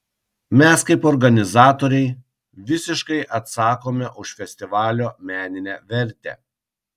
mes kaip organizatoriai visiškai atsakome už festivalio meninę vertę